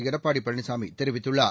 எடப்பாடி பழனிசாமி தெரிவித்துள்ளார்